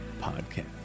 podcast